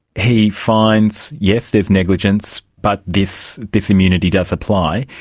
he finds, yes, there's negligence, but this this immunity does apply.